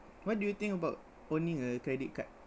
what do you think about owning a credit card